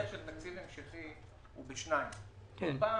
הרעיון המסדר של תקציב המשכי הוא כפול: האחד,